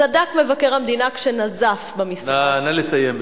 צדק מבקר המדינה כשנזף במשרד, נא לסיים.